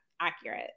accurate